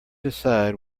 decide